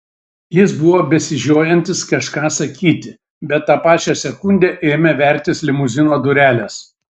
jis buvo besižiojantis kažką sakyti bet tą pačią sekundę ėmė vertis limuzino durelės